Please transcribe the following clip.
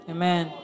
Amen